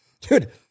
Dude